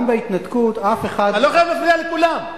אתה לא חייב להפריע לכולם,